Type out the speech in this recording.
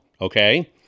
Okay